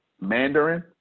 Mandarin